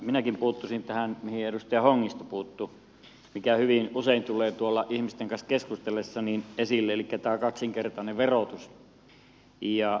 minäkin puuttuisin tähän mihin edustaja hongisto puuttui mikä hyvin usein tulee tuolla ihmisten kanssa keskustellessa esille elikkä tämä kaksinkertainen verotus